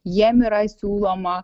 jiem yra siūloma